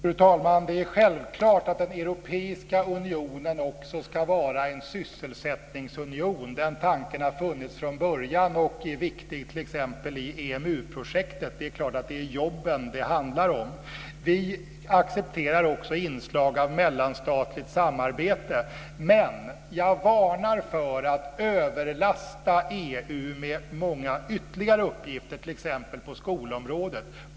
Fru talman! Det är självklart att den europeiska unionen också ska vara en sysselsättningsunion. Den tanken har funnits från början och är viktig t.ex. i EMU-projektet. Det är klart att det är jobben det handlar om. Vi accepterar också inslag av mellanstatligt samarbete. Men jag varnar för att överlasta EU med många ytterligare uppgifter, t.ex. på skolområdet.